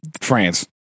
France